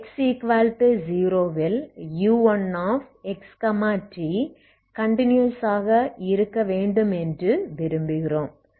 x0 ல் u1xt continuous ஆக இருக்க வேண்டும் என்று விரும்புகிறோம்